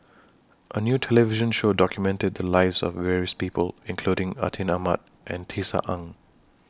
A New television Show documented The Lives of various People including Atin Amat and Tisa Ng